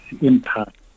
impact